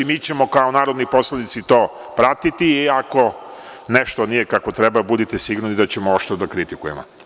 Mi ćemo kao narodni poslanici to pratiti i ako nešto nije kako treba, budite sigurni da ćemo oštro da kritikujemo.